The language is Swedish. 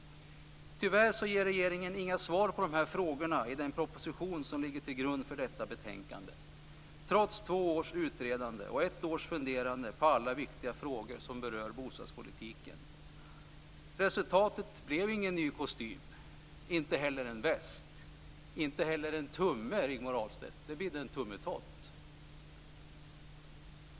Tyvärr ger regeringen inga svar på de här frågorna i den proposition som ligger till grund för detta betänkande, trots två års utredande och ett års funderande på alla viktiga frågor som berör bostadspolitiken. Resultatet blev ingen ny kostym, inte heller en väst, inte heller en tumme, Rigmor Ahlstedt; det bidde en tummetott.